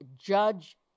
judge